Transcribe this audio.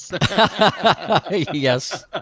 Yes